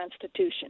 Constitution